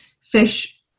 fish